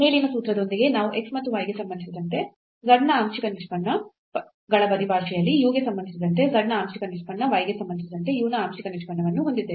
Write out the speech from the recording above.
ಮೇಲಿನ ಸೂತ್ರದೊಂದಿಗೆ ನಾವು x ಮತ್ತು y ಗೆ ಸಂಬಂಧಿಸಿದಂತೆ z ನ ಆಂಶಿಕ ನಿಷ್ಪನ್ನಗಳ ಪರಿಭಾಷೆಯಲ್ಲಿ u ಗೆ ಸಂಬಂಧಿಸಿದಂತೆ z ನ ಆಂಶಿಕ ನಿಷ್ಪನ್ನ y ಗೆ ಸಂಬಂಧಿಸಿದಂತೆ u ನ ಆಂಶಿಕ ನಿಷ್ಪನ್ನವನ್ನು ಹೊಂದಿದ್ದೇವೆ